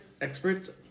Experts